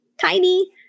tiny